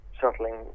shuttling